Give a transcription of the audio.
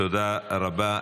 תודה רבה.